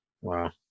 Wow